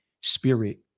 Spirit